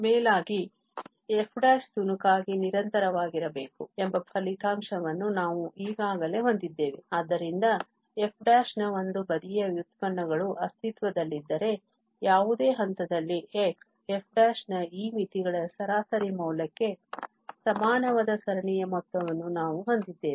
ಮೇಲಾಗಿ f ತುಣುಕಾಗಿ ನಿರಂತರವಾಗಿರಬೇಕು ಎಂಬ ಫಲಿತಾಂಶವನ್ನು ನಾವು ಈಗಾಗಲೇ ಹೊಂದಿದ್ದೇವೆ ಆದ್ದರಿಂದ f ನ ಒಂದು ಬದಿಯ ವ್ಯುತ್ಪನ್ನಗಳು ಅಸ್ತಿತ್ವದಲ್ಲಿದ್ದರೆ ಯಾವುದೇ ಹಂತದಲ್ಲಿ x f ನ ಈ ಮಿತಿಗಳ ಸರಾಸರಿ ಮೌಲ್ಯಕ್ಕೆ ಸಮಾನವಾದ ಸರಣಿಯ ಮೊತ್ತವನ್ನು ನಾವು ಹೊಂದಿದ್ದೇವೆ